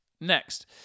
Next